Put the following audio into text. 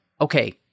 okay